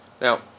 Now